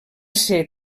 ser